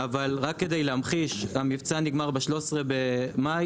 המבצע נגמר ב-13.5,